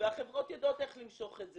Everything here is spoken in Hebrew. והחברות יודעות איך למשוך את זה.